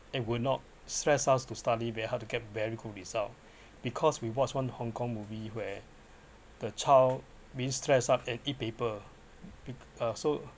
and will not stress us to study very hard to get very good result because we watched one hong kong movie where the child being stress up and eat paper be~ uh so